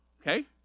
okay